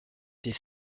des